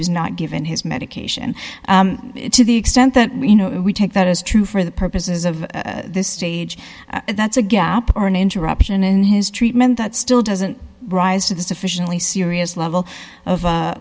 was not given his medication to the extent that we know if we take that as true for the purposes of this stage that's a gap or an interruption in his treatment that still doesn't rise to the sufficiently serious level of